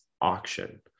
auction